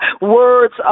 words